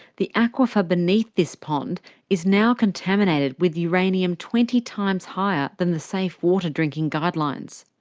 the aquifer beneath this pond is now contaminated with uranium twenty times higher than the safe water drinking guidelines.